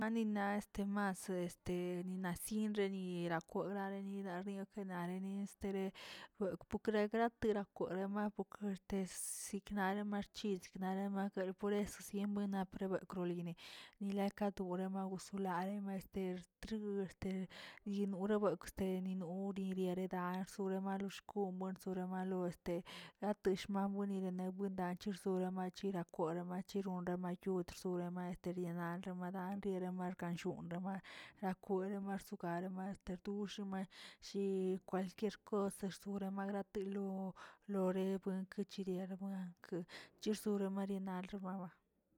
Nina este masə este ninasienri nira korareli naꞌ rnie kanarile sere okwe poka grat gakwerema pukeste siknare machis siknarema bel por eso skni prebakw ko lina nila kadurema usulare xma este tru este ni norabekwꞌ este ninoriney dedarsu deregay xkon monserabay este late xbawey lengue wardaye schoremache naꞌ kwere mache naꞌ ronra mayud norema iteremaya madan rierema llun raba rakure marsogay axta doxee shi kwalquier cos gurama gratelu lorebkə chirliarmenkə chisoro marnira xebewa.